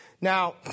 Now